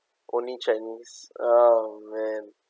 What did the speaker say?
only chinese oh man